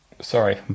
Sorry